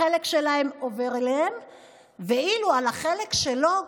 החלק שלהן עובר אליהן, ואילו החלק שלו,